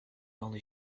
only